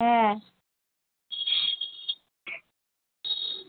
হ্যাঁ